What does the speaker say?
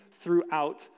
throughout